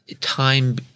Time